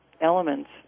elements